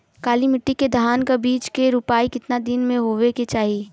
काली मिट्टी के धान के बिज के रूपाई कितना दिन मे होवे के चाही?